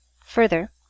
Further